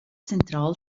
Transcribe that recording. zentral